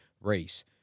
race